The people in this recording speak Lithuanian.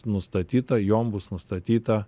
nustatyta jom bus nustatyta